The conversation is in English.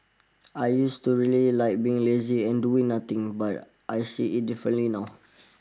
I used to really like being lazy and doing nothing but I see it differently now